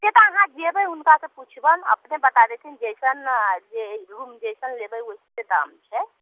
से तऽ अहाँ जयबै हुनकासँ पुछ्बनि अपने बता देथिन जैसन अएँ जे रूम जैसन लेबै ओहिसे दाम छै